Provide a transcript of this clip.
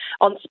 on